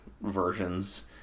versions